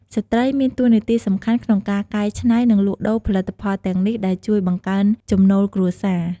ស្ត្រី មានតួនាទីសំខាន់ក្នុងការកែច្នៃ និងលក់ដូរផលិតផលទាំងនេះ ដែលជួយបង្កើនចំណូលគ្រួសារ។